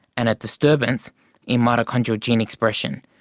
and a disturbance in mitochondrial gene expression,